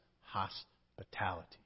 hospitality